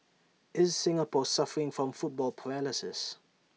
is Singapore suffering from football paralysis